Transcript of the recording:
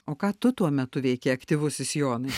o ką tu tuo metu veiki aktyvusis jonai